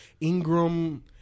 Ingram